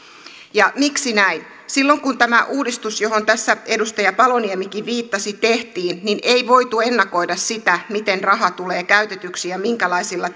ja miksi näin silloin kun tämä uudistus johon tässä edustaja paloniemikin viittasi tehtiin ei voitu ennakoida sitä miten raha tulee käytetyksi ja minkälaisilla